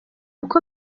uko